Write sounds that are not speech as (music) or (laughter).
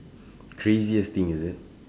(breath) (noise) craziest thing is it